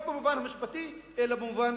לא במובן המשפטי אלא במובן